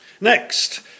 Next